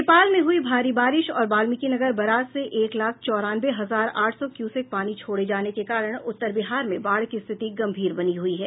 नेपाल में हुई भारी बारिश और बाल्मिकीनगर बराज से एक लाख चौरानवे हजार आठ सौ क्यूसेक पानी छोड़े जाने के कारण उत्तर बिहार में बाढ़ की स्थिति गंभीर बनी हुई है